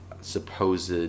supposed